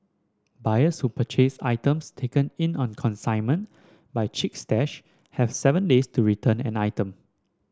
buyers who purchase items taken in on consignment by Chic Stash have seven days to return an item